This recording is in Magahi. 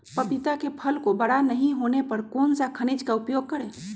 पपीता के फल को बड़ा नहीं होने पर कौन सा खनिज का उपयोग करें?